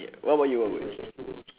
ya what about you